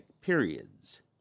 periods